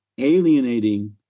alienating